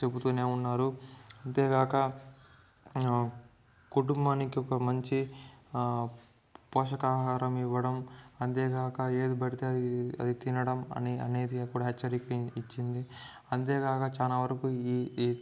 చెబుతూనే ఉన్నారు అంతేగాక కుటుంబానికి ఒక మంచి పోషక ఆహారం ఇవ్వడం అంతేగాక ఏది పడితే అది తినడం అనేది కూడా హెచ్చరిక ఇచ్చింది అంతేకాక చాలా వరకు ఈ ఏ